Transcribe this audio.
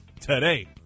today